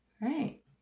Right